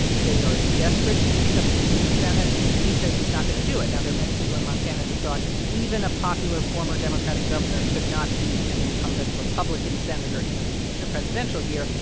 they are desperate to pick up seats in the senate. and he says he's not going to do it. now, there many people in montana who thought even a popular former democratic governor could not beat an incumbent republican senator in an presidential year,